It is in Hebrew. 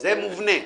זה מובנה.